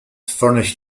furnished